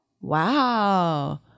wow